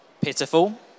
pitiful